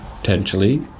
potentially